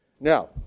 Now